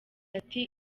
ati